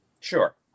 sure